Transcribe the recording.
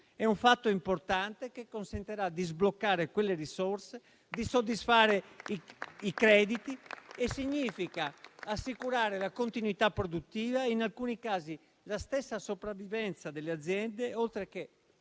È un fatto importante che consentirà di sbloccare quelle risorse, di soddisfare i crediti e significa assicurare la continuità produttiva, in alcuni casi la stessa sopravvivenza delle aziende, oltre che